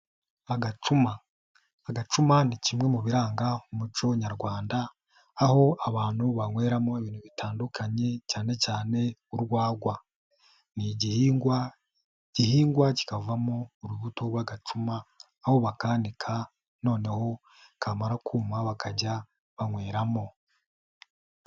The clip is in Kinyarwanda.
Agacuma, agacuma ni kimwe mu biranga umuco nyarwanda, aho abantu banyweramo ibintu bitandukanye cyane cyane urwagwa. Ni igihingwa gihingwa kikavamo urubuto rw'agacuma, aho bakanika noneho kamara kuma bakajya banyweramo.